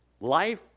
life